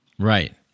Right